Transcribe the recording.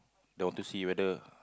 they want to see whether